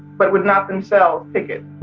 but would not themselves picket